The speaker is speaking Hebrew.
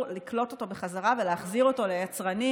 לקלוט אותו בחזרה ולהחזיר אותו ליצרנים.